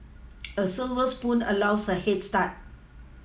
a silver spoon allows a head start